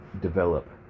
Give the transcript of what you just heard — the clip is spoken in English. develop